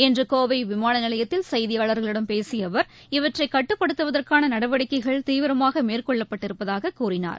இன்றுகோவைவிமானநிலையத்தில் செய்தியாளர்களிடம் பேசியஅவர் இவற்றைகட்டுப்படுத்துவதற்கானநடவடிக்கைகள் தீவிரமாகமேற்கொள்ளப்பட்டிருப்பதாககூறினார்